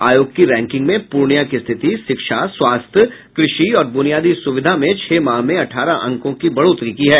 आयोग की रैंकिंग में पूर्णिया की स्थिति शिक्षा स्वास्थ्य कृषि और ब्रनियादी सुविधा में छह माह में अठारह अंकों की बढ़ोतरी की है